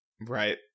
Right